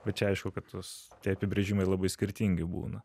o čia aišku kad tuos tie apibrėžimai labai skirtingi būna